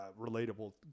relatable